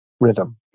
rhythm